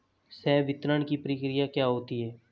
संवितरण की प्रक्रिया क्या होती है?